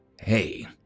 Hey